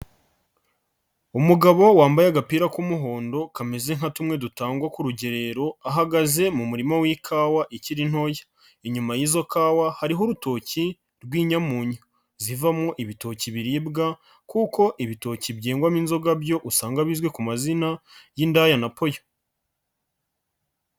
Umugabo wambaye agapira k'umuhondo kameze nka tumwe dutangwa ku rugerero ahagaze mu murima w'ikawa ikiri ntoya, inyuma y'izo kawa hariho urutoki rw'inyamunyu, zivamo ibitoki biribwa kuko ibitoki byengwamo inzoga byo usanga bizwi ku mazina y'indaya na poyo.